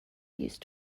used